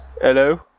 Hello